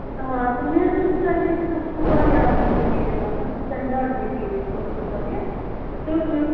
آ تہٕ مےٚ حظ ووٚن فرٛٮ۪نڈِ اکہِ تۄہہِ چھُو واریاہ اَصٕل مِٹیٖریَل آسان سِٹٮ۪نٛڈاڈ مِٹیٖریَل چھُو آسان تۄہہِ تہٕ مےٚ ٲس